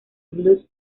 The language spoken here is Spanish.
blues